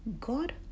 God